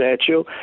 statue